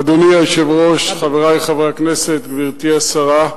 אדוני היושב-ראש, חברי חברי הכנסת, גברתי השרה,